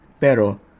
Pero